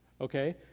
okay